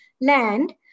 land